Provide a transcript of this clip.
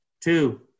two